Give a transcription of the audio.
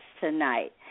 tonight